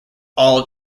all